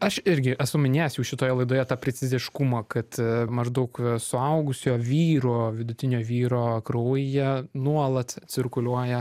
aš irgi esu minėjęs jau šitoje laidoje tą preciziškumą kad maždaug suaugusio vyro vidutinio vyro kraujyje nuolat cirkuliuoja